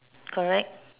correct